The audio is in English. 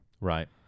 Right